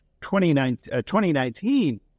2019